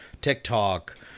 TikTok